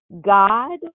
God